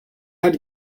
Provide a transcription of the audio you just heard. had